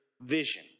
vision